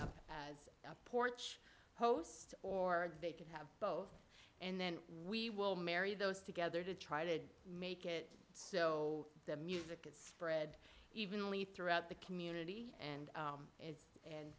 up as a porch host or they can have both and then we will marry those together to try to make it so the music it's spread evenly throughout the community and it's and